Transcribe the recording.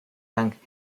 dank